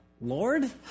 Lord